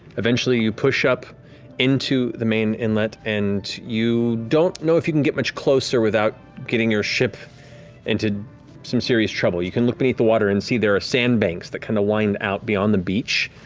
eventually, you push up into the main inlet, and you don't know if you can get much closer without getting your ship into some serious trouble. you can look beneath the water and see there are sand banks that kind of wind out beyond the beach,